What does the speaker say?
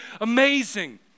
amazing